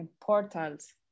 portals